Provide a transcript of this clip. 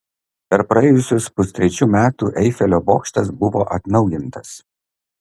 per praėjusius pustrečių metų eifelio bokštas buvo atnaujintas